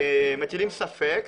מטילים ספק,